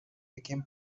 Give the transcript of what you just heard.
became